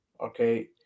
okay